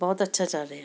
ਬਹੁਤ ਅੱਛਾ ਚੱਲ ਰਿਹਾ